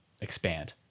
expand